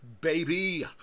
baby